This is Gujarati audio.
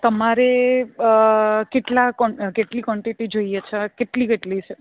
તમારે કેટલી કોનટેટી જોઈએ છે કેટલી કેટલી છે